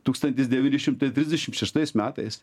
tūkstantis devyni šimtai trisdešim šeštais metais